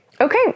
Okay